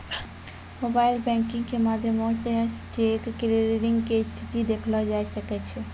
mobile banking के माध्यमो से चेक क्लियरिंग के स्थिति देखलो जाय सकै छै